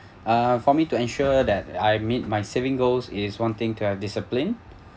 uh for me to ensure that I meet my saving goals is one thing to have discipline